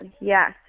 yes